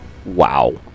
Wow